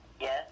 Yes